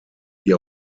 wie